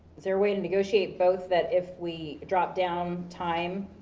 there a way to negotiate both, that if we drop down time,